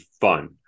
fun